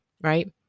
right